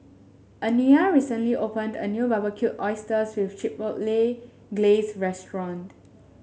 Aniya recently opened a new Barbecued Oysters with Chipotle Glaze restaurant